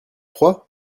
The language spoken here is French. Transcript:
froid